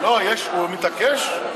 הוא מתעקש?